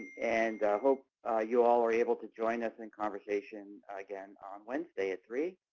and i hope you all are able to join us in in conversation again on wednesday at three.